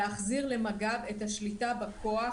להחזיר למג"ב את השליטה בכוח,